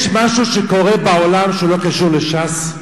יש משהו שקורה בעולם שלא קשור לש"ס?